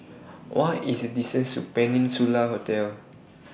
What IS The distance to Peninsula Hotel